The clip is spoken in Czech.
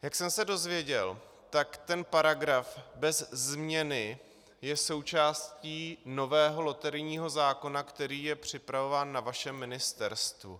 Jak jsem se dozvěděl, tak ten paragraf bez změny je součástí nového loterijního zákona, který je připravován na vašem ministerstvu.